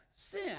Sin